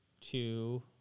two